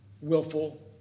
willful